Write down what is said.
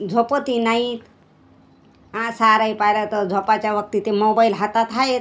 झोपतही नाहीत् आ साऱ्याही पाह्यलं तर झोपायच्या वक्ती ते मोबाईल हातात आहेच